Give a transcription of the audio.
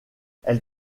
elle